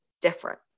different